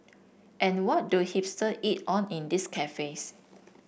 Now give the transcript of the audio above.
and what do hipster eat on in these cafes